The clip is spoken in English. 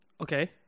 Okay